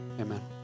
Amen